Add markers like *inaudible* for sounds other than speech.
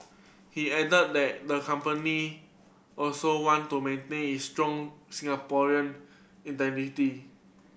he added that the company also want to maintain its strong Singaporean *unintelligible*